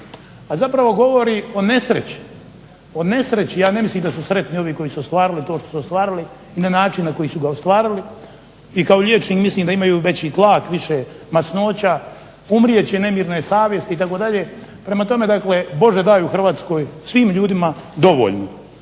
a zapravo govori o nesreći, ja ne mislim da su sretni ovi koji su ostvarili to što su ostvarili i na način na koji su ga ostvarili i kao liječnik mislim da imaju veći tlak, više masnoća, umrijet će nemirne savjesti itd. Prema tome dakle, Bože daj u Hrvatskoj svim ljudima dovoljno,